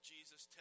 Jesus